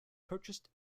purchased